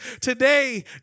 Today